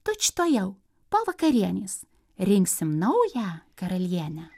tučtuojau po vakarienės rinksim naują karalienę